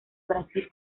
brasil